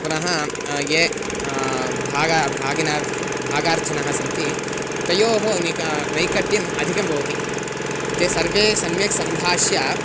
पुनः ये भागं भागार्थिनः किं भागार्थिनः सन्ति तयोः निकटे नैकट्यम् अधिकं भवति ते सर्वे सम्यक् सम्भाष्य